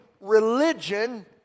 religion